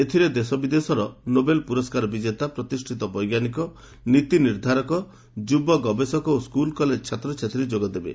ଏଥିରେ ଦେଶବିଦେଶର ନୋବେଲ୍ ପୁରସ୍କାର ବିଜେତା ପ୍ରତିଷ୍ଠିତ ବୈଜ୍ଞାନିକ ନୀତି ନିର୍ଦ୍ଧାରକ ଯୁବ ଗବେଷକ ଓ ସ୍କୁଲ୍ କଲେଜ ଛାତ୍ରଛାତ୍ରୀ ଯୋଗଦେବେ